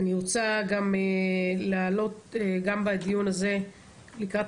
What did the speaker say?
לקראת הסיכום אני רוצה להעלות גם בדיון הזה את